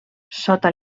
sota